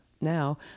now